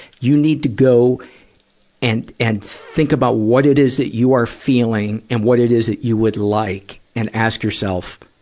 you need to go and, and think about what it is that you are feeling and what it is that you would like, and ask yourself,